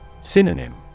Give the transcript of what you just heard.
Synonym